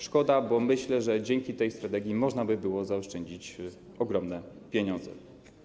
Szkoda, bo myślę, że dzięki tej strategii można by było zaoszczędzić ogromne pieniądze.